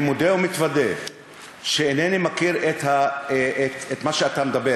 אני מודה ומתוודה שאינני מכיר את מה שאתה אומר,